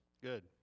Good